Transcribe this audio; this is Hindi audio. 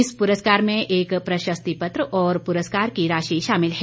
इस पुरस्कार में एक प्रशस्तिपत्र और पुरस्कार की राशि शामिल है